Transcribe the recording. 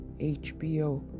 HBO